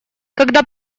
когда